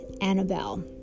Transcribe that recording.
Annabelle